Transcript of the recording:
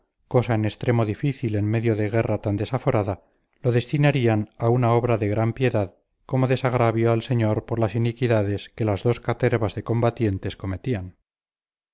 en extremo difícil en medio de guerra tan desaforada lo destinarían a una obra de gran piedad como desagravio al señor por las iniquidades que las dos catervas de combatientes cometían